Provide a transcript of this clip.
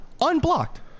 unblocked